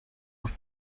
was